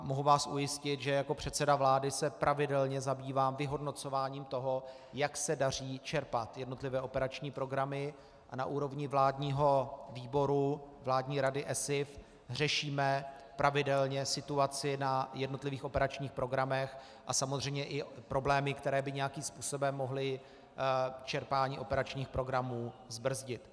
Mohu vás ujistit, že jako předseda vlády se pravidelně zabývám vyhodnocováním toho, jak se daří čerpat jednotlivé operační programy, a na úrovni vládního výboru, vládní Rady ESIF, řešíme pravidelně situaci na jednotlivých operačních programech a samozřejmě i problémy, které by nějakým způsobem mohly čerpání operačních programů zbrzdit.